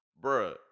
bruh